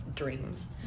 Dreams